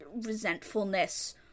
resentfulness